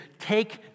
take